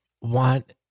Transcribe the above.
want